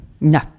No